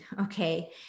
Okay